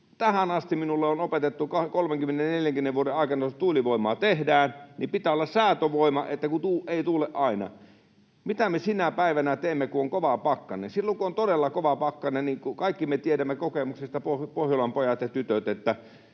Tähän asti minulle on opetettu, 30—40 vuoden aikana, että jos tuulivoimaa tehdään, niin pitää olla säätövoima, kun aina ei tuule. Mitä me sinä päivänä teemme, kun on kova pakkanen? Silloin kun on todella kova pakkanen, niin kaikki me tiedämme kokemuksesta, Pohjolan pojat ja tytöt, että